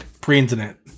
Pre-internet